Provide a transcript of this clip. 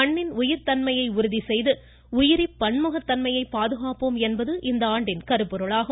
மண்ணின் உயிர்த்தன்மையை உறுதி செய்து உயிரி பன்முகத் தன்மையை பாதுகாப்போம் என்பது இந்த ஆண்டின் கருப்பொருளாகும்